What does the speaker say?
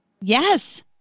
Yes